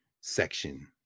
section